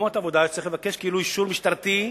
במקומות עבודה צריך לבקש אישור משטרתי.